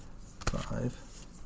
five